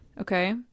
Okay